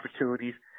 opportunities